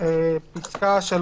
פסקה (3)